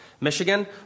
Michigan